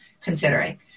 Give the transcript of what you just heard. considering